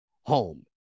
home